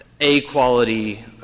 A-quality